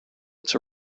its